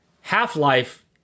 Half-Life